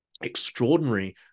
extraordinary